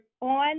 on